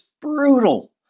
brutal